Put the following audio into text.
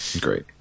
Great